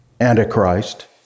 Antichrist